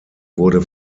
wurde